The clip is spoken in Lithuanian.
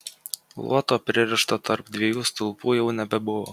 luoto pririšto tarp dviejų stulpų jau nebebuvo